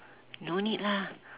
no need lah